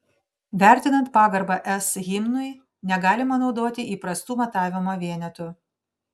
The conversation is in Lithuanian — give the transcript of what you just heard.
vertinant pagarbą es himnui negalima naudoti įprastų matavimo vienetų